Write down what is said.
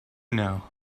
now